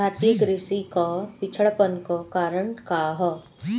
भारतीय कृषि क पिछड़ापन क कारण का ह?